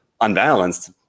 unbalanced